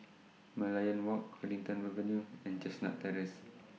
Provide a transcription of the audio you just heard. Merlion Walk Huddington Avenue and Chestnut Terrace